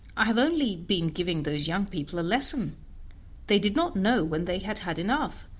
i have only been giving those young people a lesson they did not know when they had had enough,